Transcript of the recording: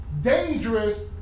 dangerous